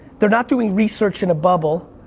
they're not doing research in a bubble.